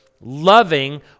loving